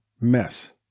mess